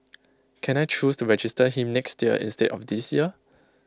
can I choose to register him next year instead of this year